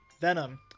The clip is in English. Venom